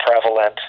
prevalent